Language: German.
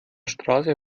straße